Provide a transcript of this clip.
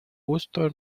gusto